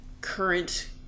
current